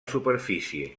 superfície